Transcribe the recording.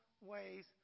ways